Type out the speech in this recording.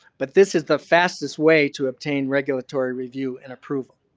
but this is the fastest way to obtain regulatory review and approval.